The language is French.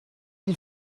ils